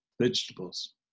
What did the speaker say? vegetables